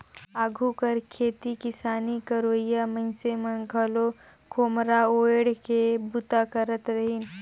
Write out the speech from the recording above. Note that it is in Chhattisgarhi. आघु कर खेती किसानी करोइया मइनसे मन घलो खोम्हरा ओएढ़ के बूता करत रहिन